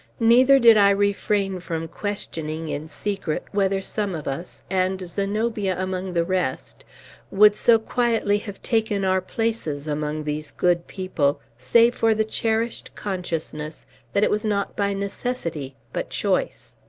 neither did i refrain from questioning, in secret, whether some of us and zenobia among the rest would so quietly have taken our places among these good people, save for the cherished consciousness that it was not by necessity but choice.